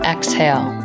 Exhale